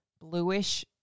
bluish